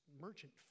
merchant